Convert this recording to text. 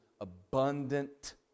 abundant